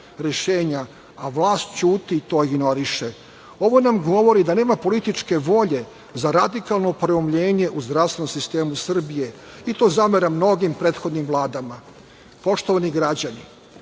a vlast ćuti i to ignoriše. Ovo nam govori da nema političke volje za radikalno proumljenje u zdravstvenom sistemu Srbije i to zameram mnogim prethodnim vladama. Poštovani građani,